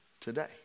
today